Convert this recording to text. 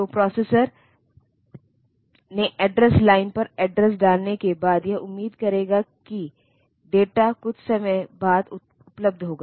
तो प्रोसेसर ने address line पर एड्रेस डालने के बाद यह उम्मीद करेगा कि डेटा कुछ समय बाद उपलब्ध होगा